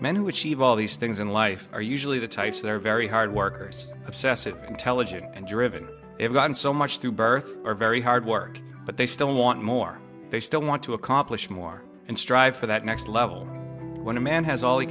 men who achieve all these things in life are usually the types that are very hard workers obsessive intelligent and driven have gotten so much through birth or very hard work but they still want more they still want to accomplish more and strive for that next level when a man has all he